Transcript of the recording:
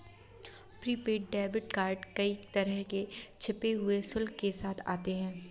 prepaid debit card कई तरह के छिपे हुए शुल्क के साथ आते हैं